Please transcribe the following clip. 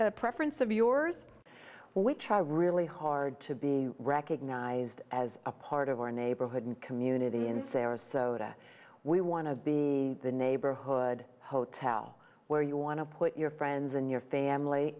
a preference of yours which are really hard to be recognized as a part of our neighborhood and community in sarasota we want to be the neighborhood hotel where you want to put your friends and your family